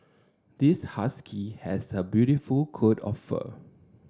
this husky has a beautiful coat of fur